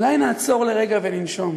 אולי נעצור לרגע וננשום.